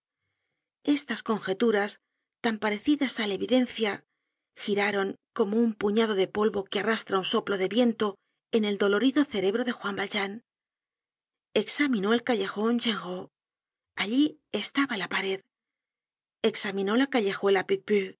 estas conjeturas tan parecidas á la evidencia giraron como un puñado de polvo que arrastra un soplo de viento en el dolorido cerebro de juan valjean examinó el callejon genrot allí estabala pared examinó la callejuela